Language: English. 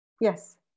Yes